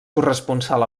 corresponsal